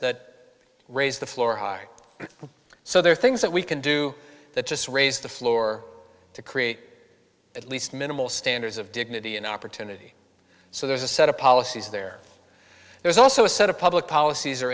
that raise the floor high so there are things that we can do that just raise the floor to create at least minimal standards of dignity and opportunity so there's a set of policies there there's also a set of public policies